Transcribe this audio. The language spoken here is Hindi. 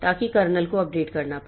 ताकि कर्नेल को अपडेट करना पड़े